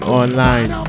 online